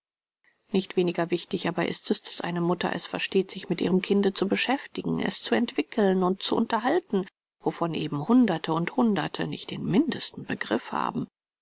nicht weniger wichtig aber ist es daß eine mutter es versteht sich mit ihrem kinde zu beschäftigen es zu entwickeln und zu unterhalten wovon eben hunderte und hunderte nicht den mindesten begriff haben